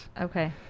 Okay